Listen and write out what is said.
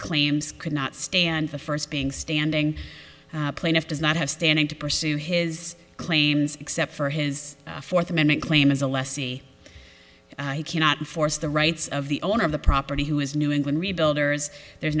claims could not stand the first being standing plaintiff does not have standing to pursue his claims except for his fourth amendment claim as a lessee i cannot force the rights of the owner of the property who is new england rebuild or as there's